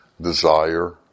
desire